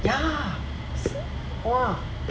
ya !wah!